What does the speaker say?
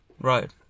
Right